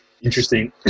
Interesting